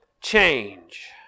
change